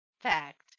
Fact